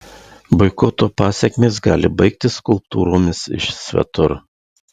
boikoto pasekmės gali baigtis skulptūromis iš svetur